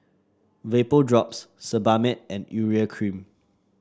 Vapodrops Sebamed and Urea Cream